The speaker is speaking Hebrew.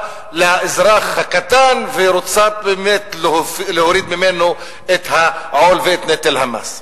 לאזרח הקטן ורוצה באמת להוריד ממנו את העול ואת נטל המס.